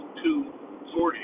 240